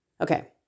Okay